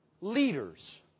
leaders